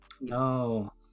No